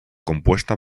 compuesta